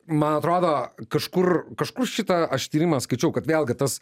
man atrodo kažkur kažkur šitą aš tyrimą skaičiau kad vėlgi tas